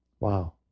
wow